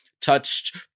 touched